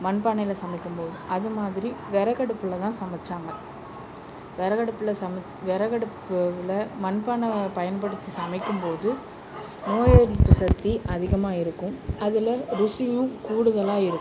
மண்பானையில் சமைக்கும் போது அது மாதிரி விறகடுப்புல தான் சமைச்சாங்க விறகடுப்புல சமைச் விறகடுப்புல மண்பானை பயன்படுத்தி சமைக்கும் போது நோய் எதிர்ப்பு சக்தி அதிகமாக இருக்கும் அதில் ருசியும் கூடுதலாக இருக்கும்